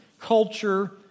culture